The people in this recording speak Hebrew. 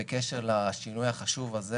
בקשר לשינוי החשוב הזה